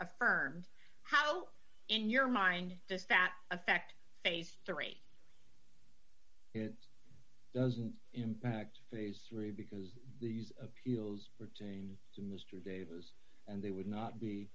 affirmed how in your mind the fat effect phase three it doesn't impact phase three because these appeals pertain to mr davis and they would not be